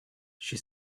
she